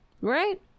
right